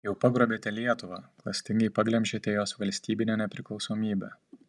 jau pagrobėte lietuvą klastingai paglemžėte jos valstybinę nepriklausomybę